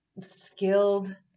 skilled